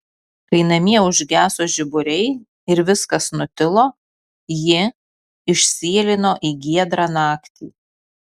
kai namie užgeso žiburiai ir viskas nutilo ji išsėlino į giedrą naktį